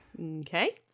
okay